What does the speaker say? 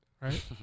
right